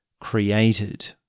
created